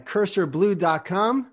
CursorBlue.com